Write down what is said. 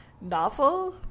novel